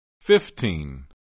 Fifteen